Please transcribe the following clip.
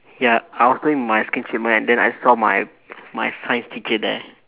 ya I was doing my skin treatment and then I saw my my science teacher there